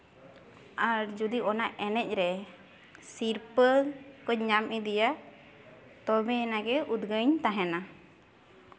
ᱟᱨ ᱡᱩᱫᱤ ᱚᱱᱟ ᱮᱱᱮᱡ ᱨᱮ ᱥᱤᱨᱯᱟᱹ ᱠᱚᱹᱧ ᱧᱟᱢ ᱤᱫᱤᱭᱟ ᱛᱚᱵᱮ ᱟᱱᱟᱜ ᱜᱮ ᱩᱫᱽᱜᱟᱹᱣ ᱤᱧ ᱛᱟᱦᱮᱱᱟ